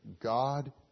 God